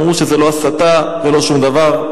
אמרו שזה לא הסתה ולא שום דבר,